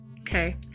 Okay